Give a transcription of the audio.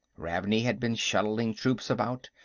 ravney had been shuttling troops about,